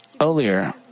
Earlier